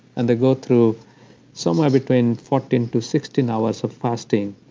and they go through somewhere between fourteen to sixteen hours of fasting,